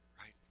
right